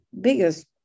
biggest